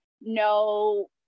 no